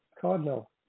Cardinal